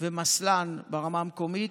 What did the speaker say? ומסל"ן ברמה המקומית.